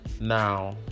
Now